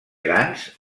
grans